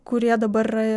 kurie dabar yra